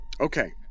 Okay